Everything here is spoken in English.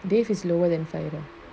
dave is lower than fahira